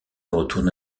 retourne